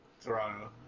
Toronto